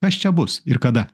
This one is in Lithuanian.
kas čia bus ir kada